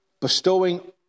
bestowing